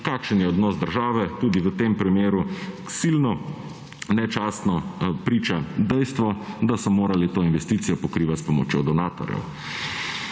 Kakšen je odnos države tudi v tem primeru silno nečastno priča dejstvo, da so morali to investicijo pokrivati s pomočjo donatorjev.